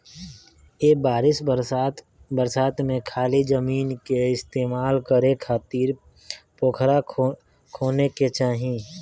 ए बरिस बरसात में खाली जमीन के इस्तेमाल करे खातिर पोखरा खोने के चाही